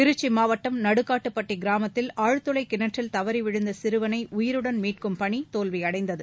திருச்சி மாவட்டம் நடுக்காட்டுப்பட்டி கிராமத்தில் ஆழ்துளை கிணற்றில் தவறி விழுந்த சிறுவனை உயிருடன் மீட்கும் பணி தோல்வியடைந்தது